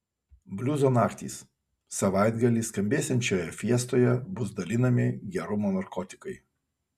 bliuzo naktys savaitgalį skambėsiančioje fiestoje bus dalinami gerumo narkotikai